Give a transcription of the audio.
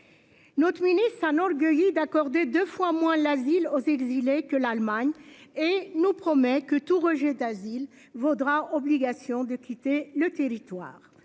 Notre mini-s'enorgueillit d'accorder deux fois moins la ville aux exilés que l'Allemagne et nous promet que tout rejet d'asile vaudra obligation de quitter le territoire